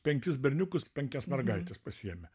penkis berniukus penkias mergaites pasiėmė